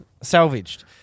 Salvaged